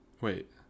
wait